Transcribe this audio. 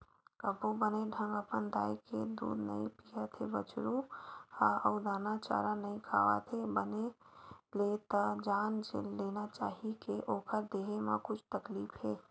कभू बने ढंग अपन दाई के दूद नइ पियत हे बछरु ह अउ दाना चारा नइ खावत हे बने ले त जान लेना चाही के ओखर देहे म कुछु तकलीफ हे